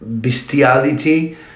bestiality